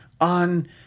on